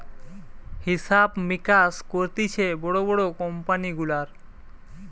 হিসাব মিকাস করতিছে বড় বড় কোম্পানি গুলার